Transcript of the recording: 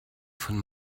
von